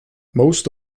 most